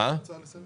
תודה